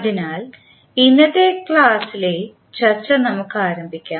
അതിനാൽ ഇന്നത്തെ ക്ലാസിലെ ലെ ചർച്ച നമുക്ക് ആരംഭിക്കാം